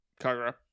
Kagura